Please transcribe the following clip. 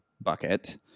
bucket